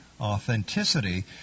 authenticity